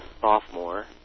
sophomore